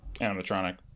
animatronic